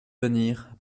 venir